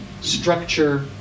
structure